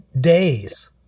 days